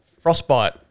Frostbite